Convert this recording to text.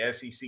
SEC